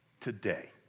today